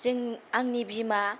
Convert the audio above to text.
जों आंनि बिमा